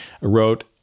wrote